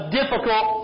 difficult